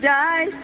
die